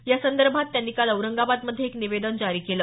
यासंदर्भात त्यांनी काल औरंगाबादमध्ये एक निवेदन जारी केलं